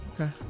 Okay